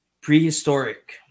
prehistoric